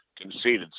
conceded